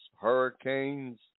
hurricanes